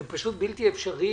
זה פשוט בלתי אפשרי